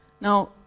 Now